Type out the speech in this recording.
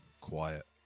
Quiet